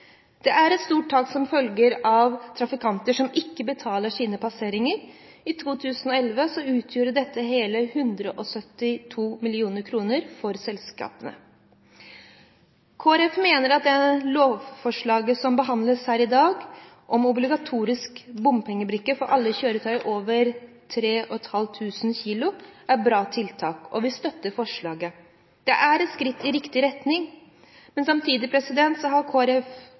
Det er store tap som følge av at trafikanter ikke betaler sine passeringer. I 2011 utgjorde dette hele 172 mill. kr for selskapene. Kristelig Folkeparti mener at det lovforslaget som behandles her i dag, om obligatorisk bompengebrikke for alle kjøretøy over 3 500 kg, er et bra tiltak, og vi støtter forslaget. Det er et skritt i riktig retning, men samtidig